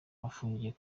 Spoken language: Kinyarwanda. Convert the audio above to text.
afungiye